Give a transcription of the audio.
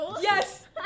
Yes